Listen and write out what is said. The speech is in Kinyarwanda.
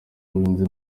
w’ubuhinzi